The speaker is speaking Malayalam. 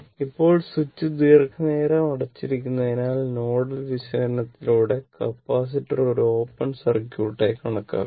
ഇപ്പോൾ സ്വിച്ച് ദീർഘനേരം അടച്ചിരിക്കുന്നതിനാൽ നോഡൽ വിശകലനത്തിലൂടെ കപ്പാസിറ്റർ ഒരു ഓപ്പൺ സർക്യൂട്ടായി കണക്കാക്കാം